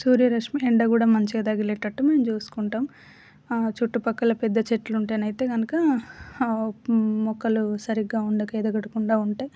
సూర్యరశ్మి ఎండ కూడా మంచిగా తగిలేటట్టు మేం చూసుకుంటాం చుట్టుపక్కల పెద్ద చెట్లు ఉంటేనయితే కనుక మొక్కలు సరిగ్గా ఉండక ఎదగకుండా ఉంటాయి